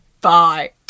bye